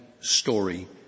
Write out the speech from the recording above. story